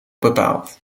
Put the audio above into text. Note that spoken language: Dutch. bepaald